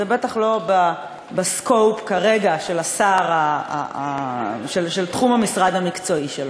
זה בטח לא ב-scope כרגע של השר ותחום המשרד המקצועי שלו.